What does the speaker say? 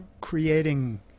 creating